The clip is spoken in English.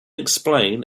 explain